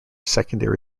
secondary